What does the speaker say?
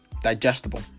digestible